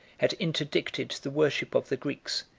had interdicted the worship of the greeks,